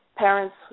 parents